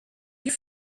your